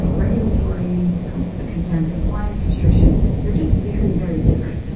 like regulatory concerns, compliance restrictions, they're just very, very different.